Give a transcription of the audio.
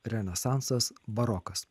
renesansas barokas